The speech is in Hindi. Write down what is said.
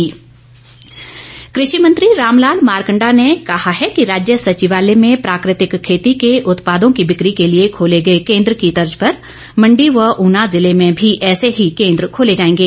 मारकंडा कृषि मंत्री रामलाल मारकंडा ने कहा है कि राज्य सचिवालय में प्राकृतिक खेती के उत्पादों की बिक्री के लिए खोले गए केन्द्र की तर्ज पर मंडी व ऊना जिले में भी ऐसे ही केन्द्र ँखोले जाएंगे